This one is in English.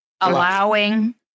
allowing